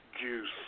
Juice